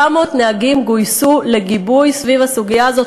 400 נהגים גויסו לגיבוי סביב הסוגיה הזאת,